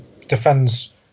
defends